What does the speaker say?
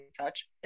touch